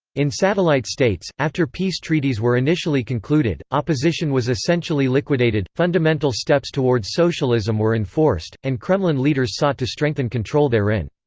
in satellite states, after peace treaties were initially concluded, opposition was essentially liquidated, fundamental steps towards socialism were enforced, and kremlin leaders sought to strengthen control therein.